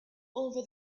over